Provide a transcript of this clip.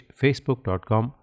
facebook.com